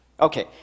Okay